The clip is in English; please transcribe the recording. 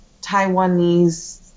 Taiwanese